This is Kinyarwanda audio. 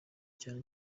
cyane